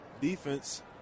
defense